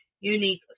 unique